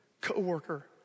co-worker